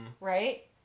right